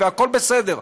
והכול בסדר.